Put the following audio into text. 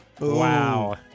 Wow